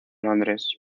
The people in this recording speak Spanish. londres